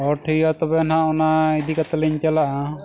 ᱦᱳᱭ ᱴᱷᱤᱠ ᱜᱮᱭᱟ ᱛᱚᱵᱮ ᱱᱟᱦᱟᱜ ᱚᱱᱟ ᱤᱫᱤ ᱠᱟᱛᱮᱫ ᱞᱤᱧ ᱪᱟᱞᱟᱜᱼᱟ